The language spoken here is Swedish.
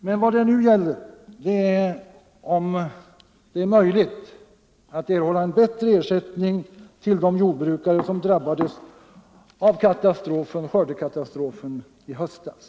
Men vad det nu gäller är huruvida det är möjligt att ge en bättre ersättning till de jordbrukare som drabbades av skördeskador i höstas.